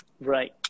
Right